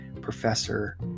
professor